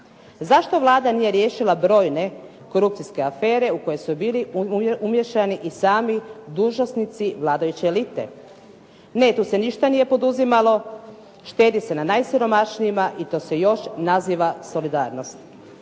Zašto Vlada nije riješila brojne korupcijske afere u kojoj su bili umiješani i sami dužnosnici vladajuće elite? Ne tu se ništa nije poduzimalo, štedi se na najsiromašnijima i to se još naziva solidarnost.